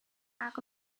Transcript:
act